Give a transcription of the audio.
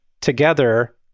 together